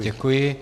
Děkuji.